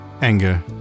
anger